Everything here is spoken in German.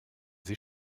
sie